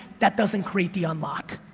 that doesn't create the unlock.